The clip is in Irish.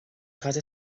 cad